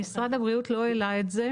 משרד הבריאות לא העלה את זה,